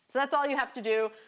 that's all you have to do.